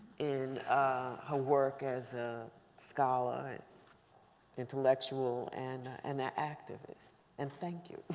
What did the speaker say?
in her work as a scholar and intellectual and an ah activist. and thank you.